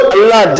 Allah